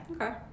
Okay